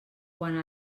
quant